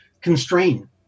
constrain